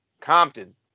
Compton